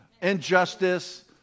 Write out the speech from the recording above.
injustice